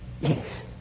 Yes